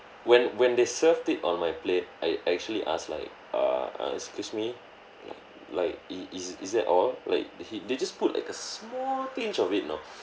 when when they served it on my plate I actually asked like err uh excuse me like is is is that all like he they just put like a small tinge of it know